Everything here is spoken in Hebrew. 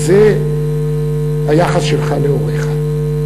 וזה היחס שלך להוריך.